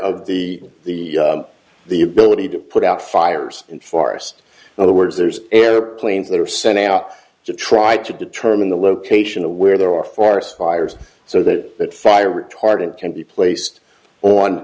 of the the the ability to put out fires and forest in other words there's airplanes that are sent out to try to determine the location of where there are forest fires so that that fire retardant can be placed on